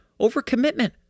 overcommitment